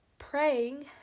praying